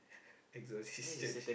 exorcist church